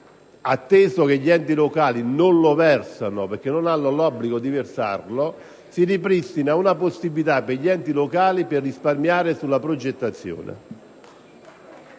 atteso che gli enti locali non lo versano perché non hanno l'obbligo di farlo, con questo emendamento si ripristina una possibilità per gli enti locali di risparmiare sulla progettazione.